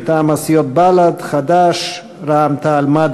מטעם הסיעות בל"ד חד"ש רע"ם-תע"ל-מד"ע.